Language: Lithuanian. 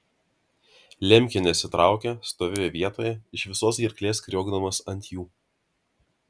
lemkė nesitraukė stovėjo vietoje iš visos gerklės kriokdamas ant jų